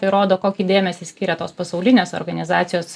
tai rodo kokį dėmesį skiria tos pasaulinės organizacijos